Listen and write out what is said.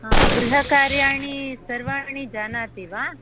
हा गृहकार्याणि सर्वाणि जानाति वा